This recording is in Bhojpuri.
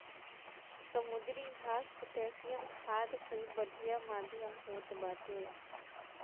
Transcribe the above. समुद्री घास पोटैशियम खाद कअ बढ़िया माध्यम होत बाटे